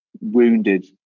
wounded